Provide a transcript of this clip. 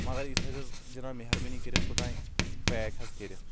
مگر یہِ تھایزٮ۪و جناب مہربٲنی کٔرتھ توٚتام پیک حظ کٔرتھ